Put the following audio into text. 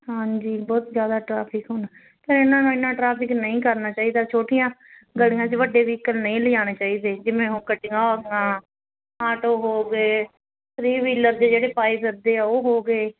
ਹਾਂਜੀ ਬਹੁਤ ਜਿਆਦਾ ਟਰੈਫਿਕ ਹੋਣਾ ਫਿਰ ਇਹਨਾਂ ਨੂੰ ਇਨਾ ਟਰਾਫਿਕ ਨਹੀਂ ਕਰਨਾ ਚਾਹੀਦਾ ਛੋਟੀਆਂ ਗਲੀਆਂ 'ਚ ਵੱਡੇ ਵਹੀਕਲ ਨਹੀਂ ਲਿਜਾਣੇ ਚਾਹੀਦੇ ਜਿਵੇਂ ਹੁਣ ਗੱਡੀਆਂ ਹੋਗੀਆ ਆਟੋ ਹੋ ਗਏ ਥਰੀ ਵੀਲਰ ਜੇ ਜਿਹੜੇ ਪਾਈ ਫਿਰਦੇ ਆ ਉਹ ਹੋ ਗਏ